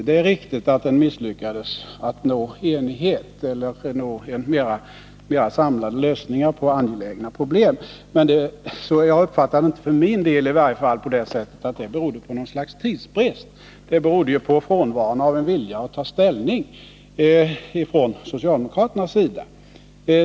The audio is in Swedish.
Det är riktigt att grundlagskommittén misslyckades att nå enighet eller att nå mera samlade lösningar på angelägna problem. Men det berodde inte på något slags tidsbrist — så uppfattar i varje fall inte jag det — utan på frånvaron av vilja hos socialdemokraterna att ta ställning.